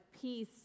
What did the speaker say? peace